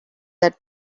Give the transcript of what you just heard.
that